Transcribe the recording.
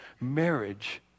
Marriage